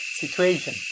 Situation